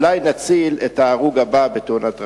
אולי נציל את ההרוג הבא מתאונת הדרכים.